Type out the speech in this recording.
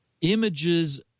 images